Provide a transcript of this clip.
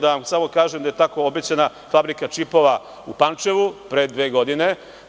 Da vam samo kažem da je tako obećana fabrika čipova u Pančevu pre dve godine.